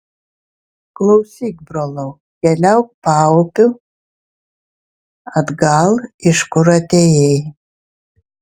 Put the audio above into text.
klausyk brolau keliauk paupiu atgal iš kur atėjai